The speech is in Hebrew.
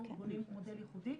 אנחנו בונים מודל ייחודי,